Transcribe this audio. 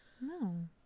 no